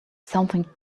something